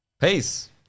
Peace